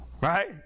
Right